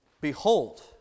Behold